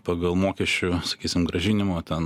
pagal mokesčių sakysim grąžinimo ten